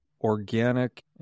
organic